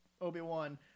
Obi-Wan